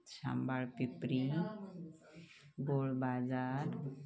Shambal Pimpri Golbazar